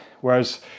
whereas